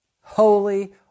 holy